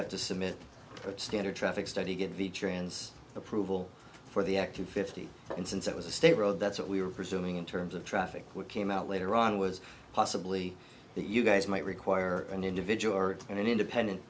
have to submit a standard traffic study get the trans approval for the act of fifty and since it was a state road that's what we were presuming in terms of traffic what came out later on was possibly that you guys might require an individual or an independent